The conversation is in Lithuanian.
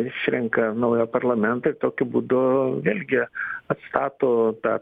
išrenka naują parlamentą ir tokiu būdu vėlgi atstato tą